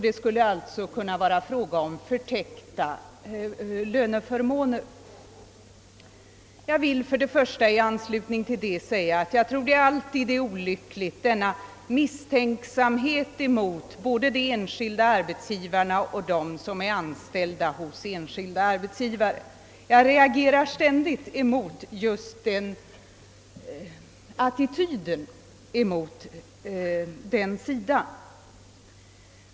Det skulle alltså kunna vara fråga om förtäckta löneförmåner. Jag vill för det första i anslutning till det säga att jag tror att misstänksamheten mot både de enskilda arbetsgivarna och dem som är anställda hos enskilda arbetsgivare är olycklig. Jag reagerar ständigt emot den attityden mot den sidan.